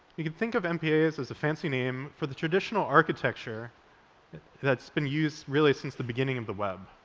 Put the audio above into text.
you can think of mpas as a fancy name for the traditional architecture that's been used really since the beginning of the web.